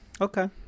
Okay